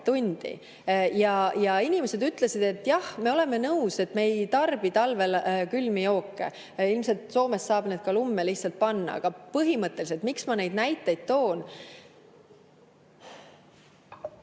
Ja inimesed ütlesid, et jah, me oleme nõus, et me ei tarbi talvel külmi jooke. Ilmselt Soomes saab need ka lumme lihtsalt panna. Aga põhimõtteliselt, miks ma neid näiteid toon?